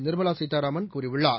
நிர்மலாசீதாராமன் கூறியுள்ளார்